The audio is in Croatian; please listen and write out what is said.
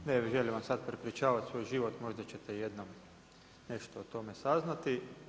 Ne želim sad prepričavati svoj život, možda ćete jednom nešto o tome saznati.